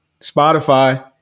Spotify